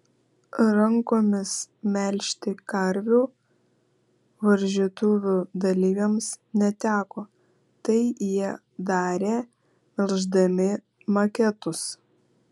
rankomis melžti karvių varžytuvių dalyviams neteko tai jie darė melždami maketus